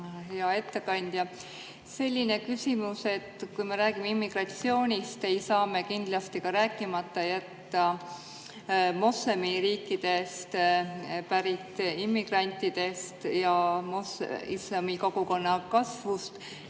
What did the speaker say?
Hea ettekandja! Selline küsimus. Kui me räägime immigratsioonist, siis ei saa me kindlasti rääkimata jätta moslemiriikidest pärit immigrantidest ja islami kogukonna kasvust.